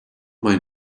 mind